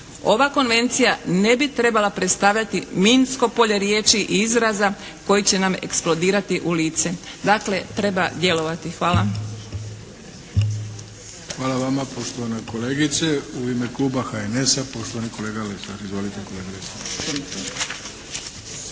Ova konvencija ne bi trebala predstavljati minsko polje riječi i izraza koji će nam eksplodirati u lice. Dakle, treba djelovati. Hvala. **Arlović, Mato (SDP)** Hvala vama poštovana kolegice. U ime kluba HNS-a poštovani kolega Lesar. Izvolite kolega Lesar.